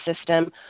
system